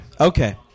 Okay